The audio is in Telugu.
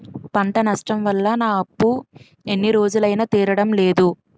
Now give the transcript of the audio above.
పంట నష్టం వల్ల నా అప్పు ఎన్ని రోజులైనా తీరడం లేదు